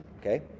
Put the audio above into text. okay